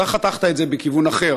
חתכת את זה בכיוון אחר,